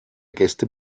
gäste